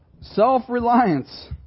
Self-reliance